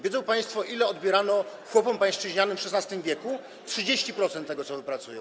Wiedzą państwo, ile odbierano chłopom pańszczyźnianym w XVI w.? 30% tego, co wypracują.